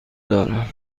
دارم